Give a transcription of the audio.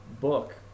book